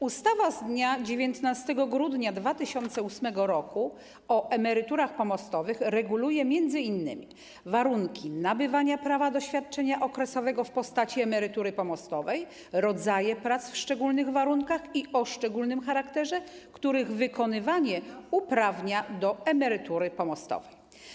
Ustawa z dnia 19 grudnia 2008 r. o emeryturach pomostowych reguluje m.in. warunki nabywania prawa do świadczenia okresowego w postaci emerytury pomostowej, rodzaje prac w szczególnych warunkach i o szczególnym charakterze, których wykonywanie uprawnia do emerytury pomostowej.